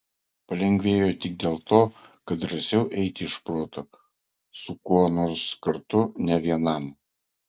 palengvėjo tik dėl to kad drąsiau eiti iš proto su kuo nors kartu ne vienam